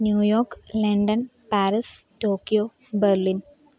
New York London Paris Tokyo Berlin